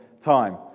time